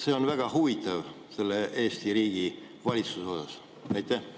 See on väga huvitav selle Eesti riigi valitsuse puhul. Aitäh!